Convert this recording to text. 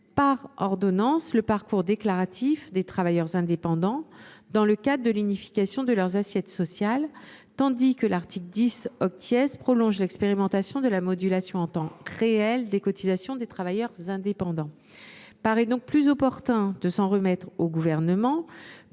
par ordonnance le parcours déclaratif des travailleurs indépendants, dans le cadre de l’unification de leurs assiettes sociales, tandis que l’article 10 prolonge l’expérimentation de la modulation en temps réel des cotisations des travailleurs indépendants. Il paraît donc plus opportun de s’en remettre au Gouvernement